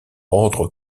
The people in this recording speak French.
ordre